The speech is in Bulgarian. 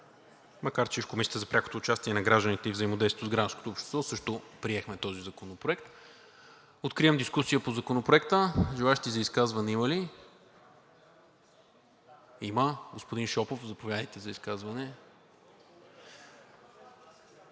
макар че в Комисията за прякото участие на гражданите и взаимодействието с гражданското общество също приехме този законопроект. Откривам дискусия по Законопроекта. Желаещи за изказване има ли? Господин Шопов, заповядайте за изказване.